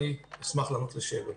אשמח לענות לשאלות.